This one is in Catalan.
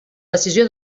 decisió